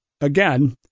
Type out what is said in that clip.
again